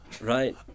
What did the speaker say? right